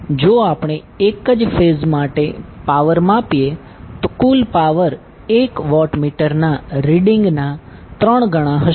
તેથી જો આપણે એક જ ફેઝ માટે પાવર માપીએ તો કુલ પાવર 1 વોટમીટર ના રીડીંગ ના ત્રણ ગણા હશે